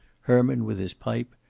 herman with his pipe,